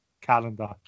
calendar